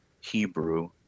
Hebrew